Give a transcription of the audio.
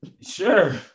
Sure